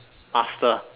master